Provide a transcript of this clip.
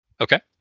okay